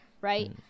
right